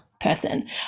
person